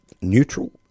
neutral